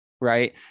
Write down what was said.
right